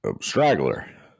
Straggler